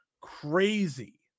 crazy